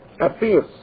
appears